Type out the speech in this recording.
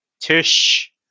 Tish